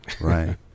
right